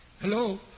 Hello